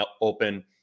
open